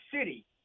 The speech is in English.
City